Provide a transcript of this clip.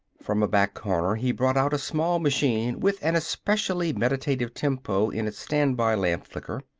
from a back corner he brought out a small machine with an especially meditative tempo in its standby-lamp flicker.